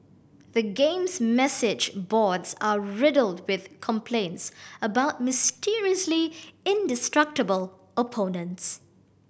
the game's message boards are riddled with complaints about mysteriously indestructible opponents